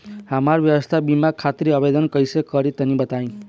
हम स्वास्थ्य बीमा खातिर आवेदन कइसे करि तनि बताई?